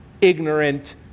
ignorant